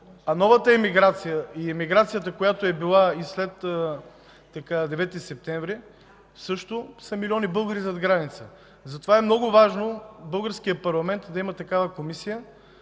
Новата емиграция и емиграцията, която е била след 9 септември, също са милиони българи зад граница. Затова е много важно в българския парламент да има такава комисия